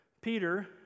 Peter